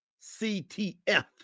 CTF